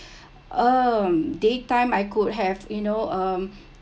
um daytime I could have you know um